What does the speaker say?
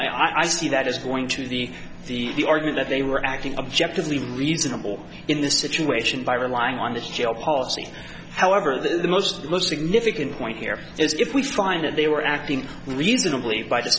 i see that is going to the the the argue that they were acting objectively reasonable in this situation by relying on this jail policy however the most the most significant point here is if we find that they were acting reasonably by